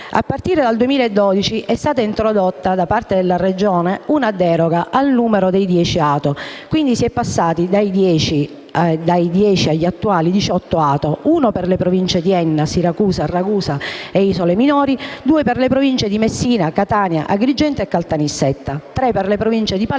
A partire dal 2012, è stata introdotta da parte della Regione una deroga al numero massimo di 10 ATO e, quindi, si è passati dai 10 agli attuali 18 ATO: uno per le Province di Enna, Siracusa, Ragusa e isole minori; due per le Province di Messina, Trapani, Agrigento e Caltanissetta; tre per le Province di Palermo